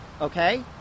okay